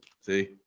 See